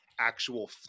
actual